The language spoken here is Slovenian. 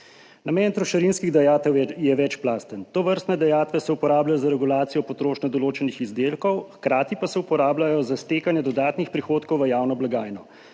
Namen trošarinskih dajatev je večplasten, tovrstne dajatve se uporabljajo za regulacijo potrošnje določenih izdelkov, hkrati pa se uporabljajo za stekanje dodatnih prihodkov v javno blagajno.